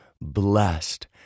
blessed